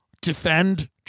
defend